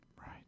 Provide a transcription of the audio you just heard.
Right